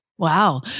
Wow